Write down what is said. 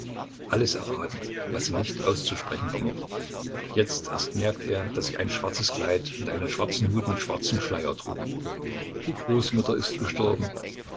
alles erratend was sie nicht auszusprechen vermochten jetzt erst merkte er daß sie ein schwarzes kleid und einen schwarzen hut mit schwarzem schleier trug die großmutter ist gestorben